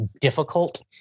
difficult